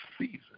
season